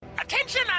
Attention